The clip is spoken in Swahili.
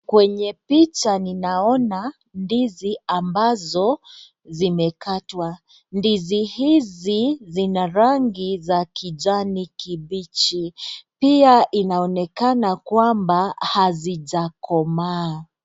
Kwenye picha ninaona ndizi ambazo zimekatwa. Ndizi hizi zina rangi za kijani kibichi. Pia inaonekana kwamba hazitakoma.